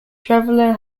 traveller